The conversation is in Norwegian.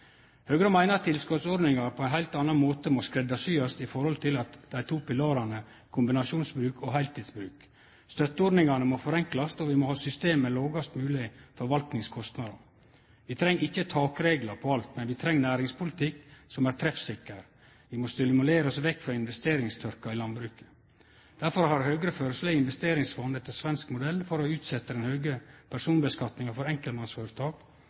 Høgre meiner at tilskotsordningar på ein heilt anna måte må «skreddarsyast» i forhold til dei to pilarane kombinasjonsbruk og heiltidsbruk. Støtteordningane må forenklast, og vi må ha system med lågast mogleg forvaltningskostnader. Vi treng ikkje «takreglar» på alt, men vi treng ein næringspolitikk som er treffsikker. Vi må stimulere oss vekk frå investeringstørka i landbruket. Derfor har Høgre føreslege investeringsfond etter svensk modell for å utsetje den høge personskattlegginga for enkeltmannsføretak.